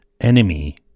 enemy